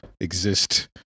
exist